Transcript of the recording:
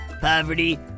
poverty